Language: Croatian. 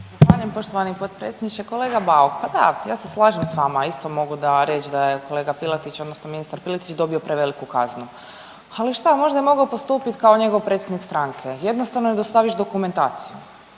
Zahvaljujem poštovani potpredsjedniče. Kolega Bauk, pa da ja se s vama isto mogu reći da je kolega Piletić odnosno ministar Piletić dobio preveliku kaznu, ali šta možda je mogao postupiti kao njegov predsjednik stranke, jednostavno ne dostaviš dokumentaciju.